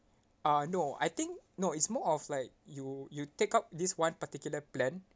uh no I think no it's more of like you you take up this one particular plan